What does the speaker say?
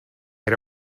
era